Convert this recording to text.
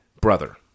brother